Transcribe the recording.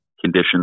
conditions